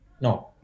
no